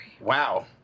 Wow